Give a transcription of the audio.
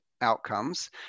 outcomes